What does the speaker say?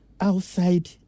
outside